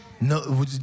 No